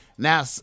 Now